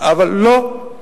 לא,